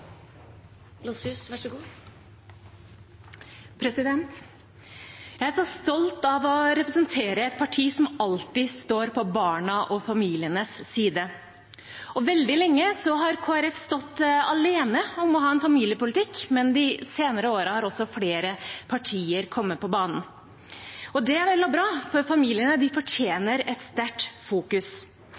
familienes side. Veldig lenge har Kristelig Folkeparti stått alene om å ha en familiepolitikk, men de senere årene har også flere partier kommet på banen. Det er vel og bra, for familiene fortjener et sterkt fokus.